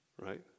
right